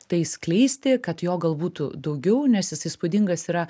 tai skleisti kad jo gal būtų daugiau nes jis įspūdingas yra